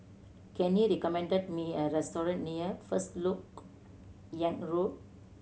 can you recommend me a restaurant near First Lok Yang Road